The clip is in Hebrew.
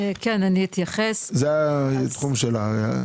זה התחום שלה.